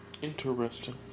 Interesting